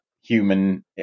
human –